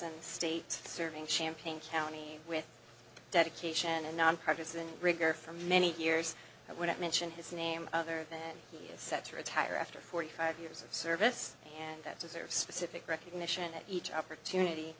and state serving champaign county with dedication and nonpartisan rigor for many years i wouldn't mention his name other than set to retire after forty five years of service that deserves specific recognition that each opportunity